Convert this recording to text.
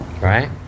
right